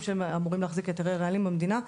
שאמורים להחזיק היתרי רעלים במדינה,